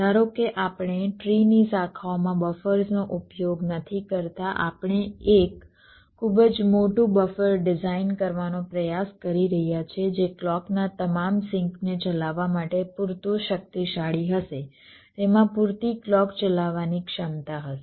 ધારો કે આપણે ટ્રીની શાખાઓમાં બફર્સનો ઉપયોગ નથી કરતા આપણે એક ખૂબ જ મોટું બફર ડિઝાઇન કરવાનો પ્રયાસ કરી રહ્યા છીએ જે ક્લૉકના તમામ સિંકને ચલાવવા માટે પૂરતું શક્તિશાળી હશે તેમાં પૂરતી ક્લૉક ચલાવવાની ક્ષમતા હશે